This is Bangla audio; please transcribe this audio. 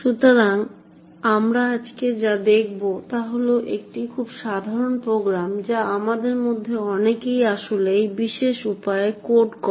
সুতরাং আমরা আজকে যা দেখব তা হল একটি খুব সাধারণ প্রোগ্রাম যা আমাদের মধ্যে অনেকেই আসলে এই বিশেষ উপায়ে কোড করে